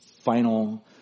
final